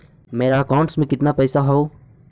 मेरा अकाउंटस में कितना पैसा हउ?